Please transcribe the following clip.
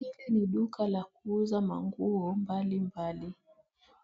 Hili ni duka la kuuza nguo mbalimbali.